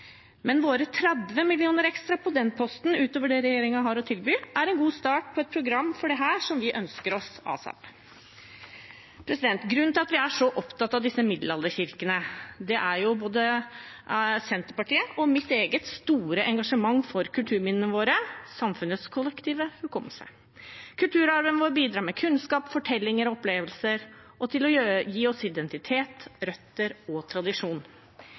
Men våre 30 mill. kr ekstra på den posten utover det regjeringen har å tilby, er en god start på et program for dette, som vi ønsker oss asap. Grunnen til at vi er så opptatt av disse middelalderkirkene, er både Senterpartiets og mitt eget store engasjement for kulturminnene våre, samfunnets kollektive hukommelse. Kulturarven vår bidrar med kunnskap, fortellinger, opplevelser og til å gi oss identitet, røtter og tradisjon.